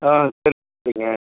ஆ சரி